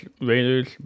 Raiders